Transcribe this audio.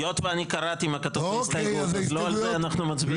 היות שאני קראתי מה כתוב בהסתייגות אז לא על זה אנחנו מצביעים.